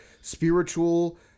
spiritual